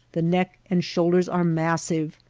the neck and shoulders are massive,